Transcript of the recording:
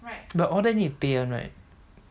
but all that need to pay [one] right